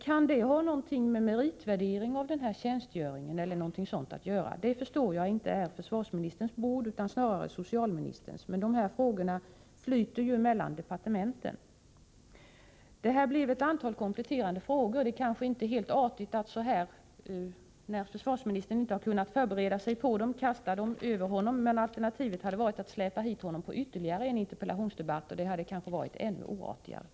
Kan det ha någonting med meritvärderingen av den här tjänstgöringen att göra? Jag förstår att det inte är försvarsministerns bord utan snarare socialministerns, men de här frågorna flyter ju mellan departementen. Det här blev ett antal kompletterande frågor. Det är kanske inte helt artigt att kasta dem över försvarsministern så här när han inte kunnat förbereda sig på dem, men alternativet hade varit att släpa hit honom på ytterligare en interpellationsdebatt, och det hade kanske varit ännu oartigare.